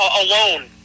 alone